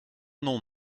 non